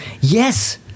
Yes